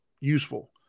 useful